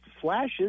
flashes